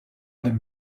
dem